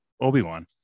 Obi-Wan